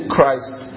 Christ